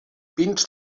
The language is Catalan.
pins